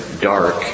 dark